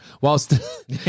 whilst